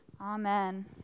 Amen